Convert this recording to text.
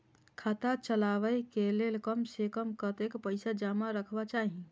खाता चलावै कै लैल कम से कम कतेक पैसा जमा रखवा चाहि